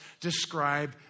describe